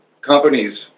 companies